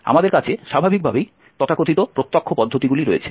আমাদের কাছে স্বাভাবিকভাবেই তথাকথিত প্রত্যক্ষ পদ্ধতিগুলি রয়েছে